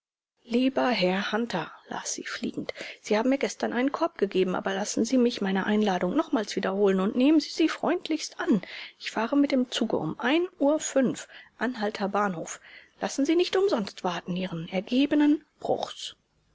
lieber herr hunter las sie fliegend sie haben mir gestern einen korb gegeben aber lassen sie mich meine einladung nochmals wiederholen und nehmen sie sie freundlichst an ich fahre mit dem zuge um uhr anhalter bahnhof lassen sie nicht umsonst warten ihren ergebenen bruchs